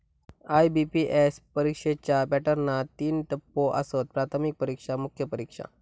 IBPS परीक्षेच्यो पॅटर्नात तीन टप्पो आसत, प्राथमिक परीक्षा, मुख्य परीक्षा